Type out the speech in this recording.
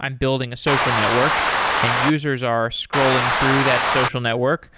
i'm building a social network and users are scrolling through that social network.